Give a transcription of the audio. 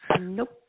Nope